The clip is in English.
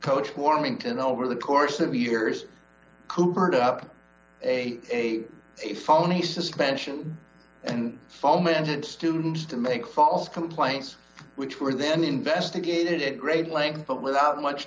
coach warmington over the course of years cooper up a a phony suspension and fomented students to make false complaints which were then investigated at great length but without much